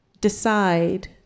decide